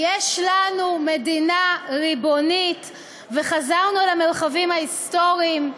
יש לנו מדינה ריבונית, וחזרנו למרחבים ההיסטוריים.